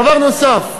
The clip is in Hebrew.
דבר נוסף,